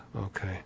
Okay